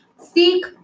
Seek